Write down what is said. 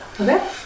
Okay